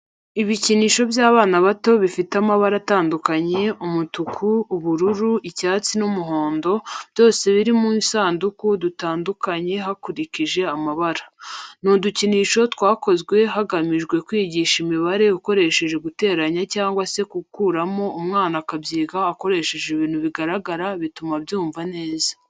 Ibikinisho by'abana bato bifite amabara atandukanye umutuku, ubururu, icyatsi n'umuhondo byose biri mu dusanduku dutandukanye hakurikije amabara. Ni udukinisho twakozwe hagamijwe kwigisha imibare ukoresheje guteranya cyangwa se gukuramo umwana akabyiga akoresheje ibintu bigaragara bituma abyumva neza.